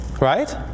right